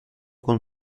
con